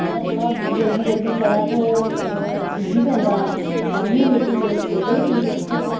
जेह्ड़ा थोह्ड़ा जल्दी जल्दी चलै ते ओह् पुज्जी बी जंदा शामी लेकिन केईं सवेरे बी पुजदे उत्थें